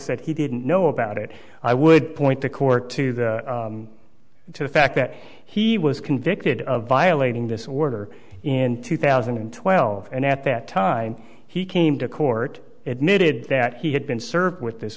said he didn't know about it i would point the court to the fact that he was convicted of violating this order in two thousand and twelve and at that time he came to court admitted that he had been served with this